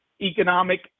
economic